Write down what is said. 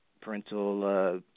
parental